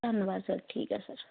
ਧੰਨਵਾਦ ਸਰ ਠੀਕ ਹੈ ਸਰ